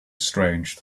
strange